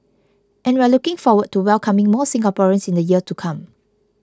and we're looking forward to welcoming more Singaporeans in the years to come